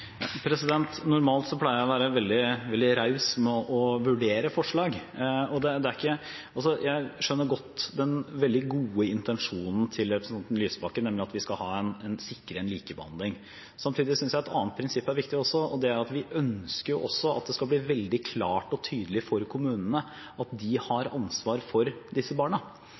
Normalt pleier jeg å være veldig raus med å vurdere forslag. Jeg skjønner godt den veldig gode intensjonen til representanten Lysbakken, nemlig at vi skal sikre likebehandling. Samtidig synes jeg at et annet prinsipp også er viktig, og det er at vi ønsker at det skal bli veldig klart og tydelig for kommunene at de har ansvar for disse barna.